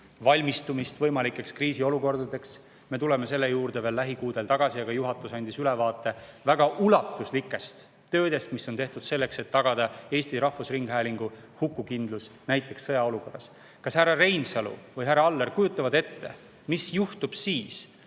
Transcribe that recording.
valmistumist võimalikeks kriisiolukordadeks. Me tuleme selle juurde veel lähikuudel tagasi, aga juhatus andis ülevaate väga ulatuslikest töödest, mis on tehtud selleks, et tagada Eesti Rahvusringhäälingu hukukindlus näiteks sõjaolukorras. Kas härra Reinsalu või härra Aller kujutavad ette, mis juhtuks siis,